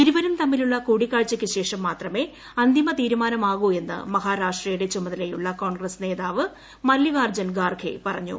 ഇരുവരും തമ്മിലുള്ള കൂടിക്കാഴ്ചയ്ക്കുശേഷം മാത്രമേ അന്തിമ തീരുമാനമാകൂ എന്ന് മഹാരാഷ്ട്രയുടെ ചുമതലയുള്ള കോൺഗ്രസ് നേതാവ് മല്ലികാർജുൻ ഖാർഗെ പറഞ്ഞു